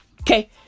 Okay